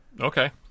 Okay